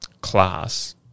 class